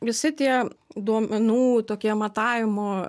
visi tie duomenų tokie matavimo